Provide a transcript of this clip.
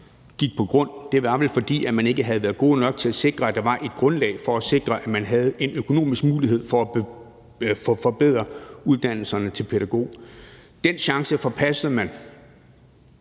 gik på grund, altså fordi man ikke havde været gode nok til at sørge for, at der var et grundlag for at sikre, at man havde en økonomisk mulighed for at forbedre uddannelserne til at blive pædagog. Den chance forpassede man.